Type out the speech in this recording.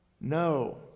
No